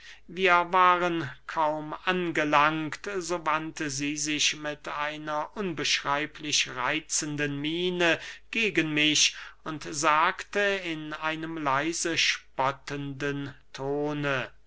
wir waren kaum angelangt so wandte sie sich mit einer unbeschreiblich reitzenden miene gegen mich und sagte in einem leise spottenden tone